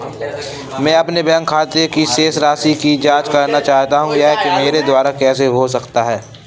मैं अपने बैंक खाते की शेष राशि की जाँच करना चाहता हूँ यह मेरे द्वारा कैसे हो सकता है?